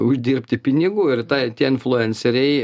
uždirbti pinigų ir tą ir tie influenceriai